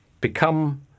Become